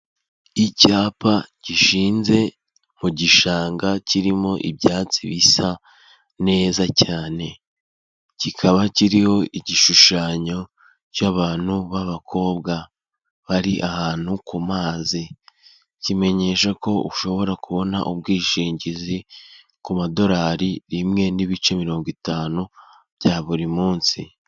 Icyapa gishinze mu gishanga kirimo ibyatsi bisa neza cyane kikaba kiriho igishushanyo cy'abantu b'abakobwa bari ahantu kumazi, kimenyesha ko ushobora kubona ubwishingizi ku madorari rimwe n'ibice mirongo itanu bya buri munsi.